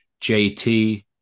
JT